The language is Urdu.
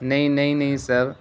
نہیں نہیں نہیں سر